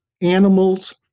animals